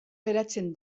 geratzen